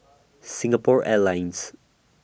Singapore Airlines